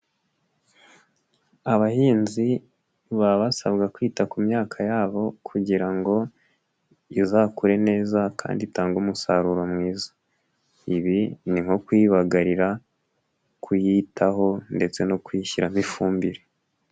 Abahinzi baba basabwa kwita ku myaka yabo kugira ngo izakure neza kandi itangage umusaruro mwiza. Ibi ni nko kuyibagarira, kuyitaho ndetse no kuyishyiraho ifumbire.